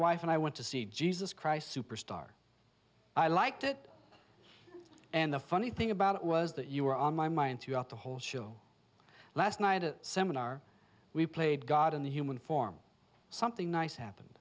wife and i went to see jesus christ superstar i liked it and the funny thing about it was that you were on my mind throughout the whole show last night at a seminar we played god in the human form something nice happened